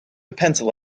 pencil